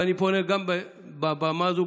ואני פונה גם מעל במה זו,